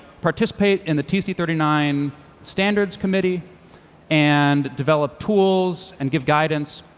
participate in the tc thirty nine standards committee and develop tools and give guidance,